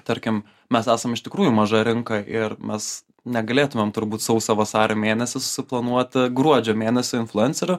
tarkim mes esam iš tikrųjų maža rinka ir mes negalėtumėm turbūt sausio vasario mėnesį suplanuoti gruodžio mėnesio influencerių